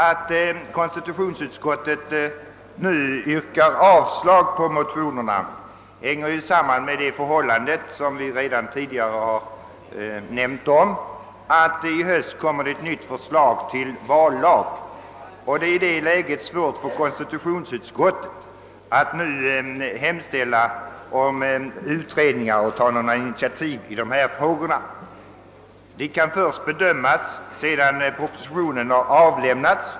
Att konstitutionsutskottet nu yrkar avslag på motionerna hänger samman med det förhållande som redan tidigare omnämnts, nämligen att ett nytt förslag till vallag i höst kommer att framläggas. I detta läge är det svårt för konstitutionsutskottet att hemställa om utredningar eller att ta några initiativ i dessa frågor. Detta kan ske först sedan propositionen har avlämnats.